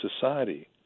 society